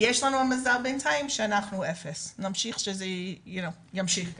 יש לנו המזל בינתיים שאנחנו 0. נקווה שזה ימשיך כך.